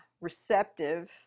receptive